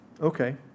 okay